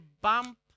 bump